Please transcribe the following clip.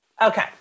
okay